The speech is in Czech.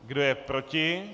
Kdo je proti?